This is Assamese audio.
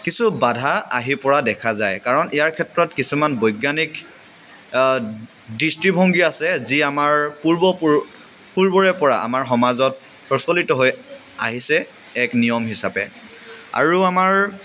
কিছু বাধা আহি পৰা দেখা যায় কাৰণ ইয়াৰ ক্ষেত্ৰত কিছুমান বৈজ্ঞানিক দৃষ্টিভংগী আছে যি আমাৰ পূৰ্বপুৰুষ পূৰ্বৰে পৰা আমাৰ সমাজত প্ৰচলিত হৈ আহিছে এক নিয়ম হিচাপে আৰু আমাৰ